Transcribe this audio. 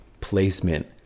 placement